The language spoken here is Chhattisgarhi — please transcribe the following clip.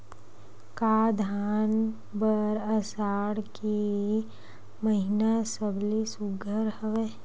का धान बर आषाढ़ के महिना सबले सुघ्घर हवय?